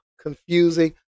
confusing